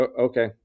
okay